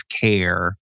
care